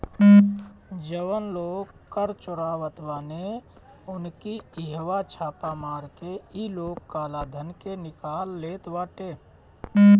जवन लोग कर चोरावत बाने उनकी इहवा छापा मार के इ लोग काला धन के निकाल लेत बाटे